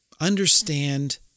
understand